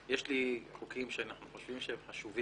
יש לנו חוקים שאנחנו חושבים שהם חשובים